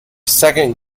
second